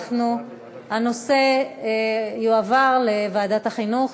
הנושא יועבר לוועדת החינוך.